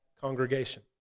congregation